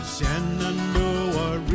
Shenandoah